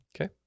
Okay